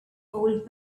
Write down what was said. old